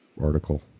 article